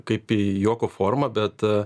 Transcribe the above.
kaip į juoko formą bet